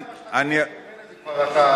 לא, זה בסדר.